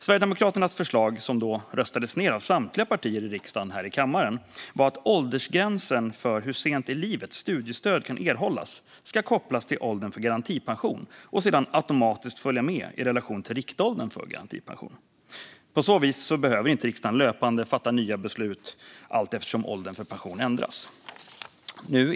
Sverigedemokraternas förslag, som röstades ned av samtliga partier i riksdagen här i kammaren, var att åldersgränsen för hur sent i livet studiestöd kan erhållas ska kopplas till åldern för garantipension och sedan automatiskt följa med i relation till riktåldern för garantipension. På så vis behöver inte riksdagen löpande fatta nya beslut allteftersom åldern för pension ändras.